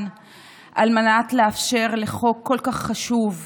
על מנת לאפשר לחוק כל כך חשוב שיעבור.